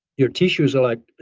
your tissues are like,